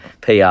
PR